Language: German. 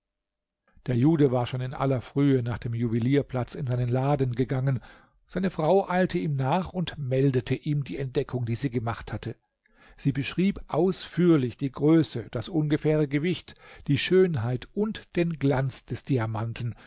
der jude war schon in aller frühe nach dem juwelierplatz in seinen laden gegangen seine frau eilte ihm nach und meldete ihm die entdeckung die sie gemacht hatte sie beschrieb ausführlich die größe das ungefähre gewicht die schönheit und den glanz des diamanten